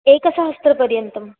एकसहस्रपर्यन्तम्